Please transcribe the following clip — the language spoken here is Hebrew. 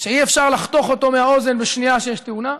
שאי-אפשר לחתוך אותו מהאוזן בשנייה שיש תאונה,